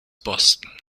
boston